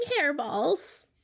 hairballs